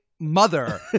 mother